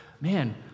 man